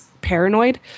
paranoid